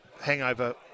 Hangover